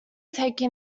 taking